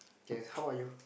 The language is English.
okay how about you